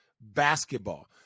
basketball